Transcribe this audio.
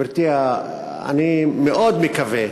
גברתי, אני מאוד מקווה